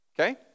Okay